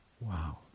Wow